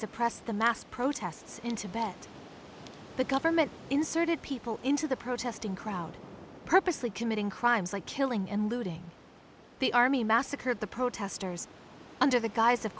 suppress the mass protests in tibet the government inserted people into the protesting crowd purposely committing crimes like killing and looting the army massacre of the protesters under the guise of